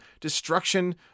destruction